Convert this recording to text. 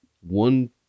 one